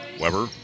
Weber